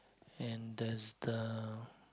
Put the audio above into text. and there's the